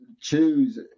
choose